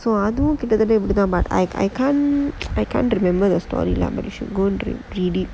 so I do அதுவும் கிட்டத்தட்ட இப்படிதான்:athuvum kittathatta ippadi thaan but I I can't I can't remember the story lah maybe should go to read it